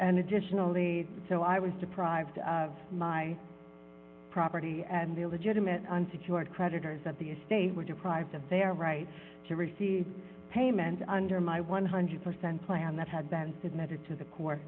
and additionally so i was deprived of my property and the legitimate unsecured creditors of the estate were deprived of their right to receive payment under my one hundred percent plan that had been submitted to the